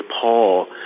Paul